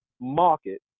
market